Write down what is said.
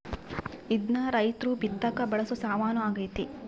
ಇದ್ನ ರೈರ್ತು ಬಿತ್ತಕ ಬಳಸೊ ಸಾಮಾನು ಆಗ್ಯತೆ